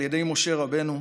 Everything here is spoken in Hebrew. על ידי משה רבנו: